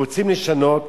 רוצים לשנות,